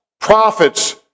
prophets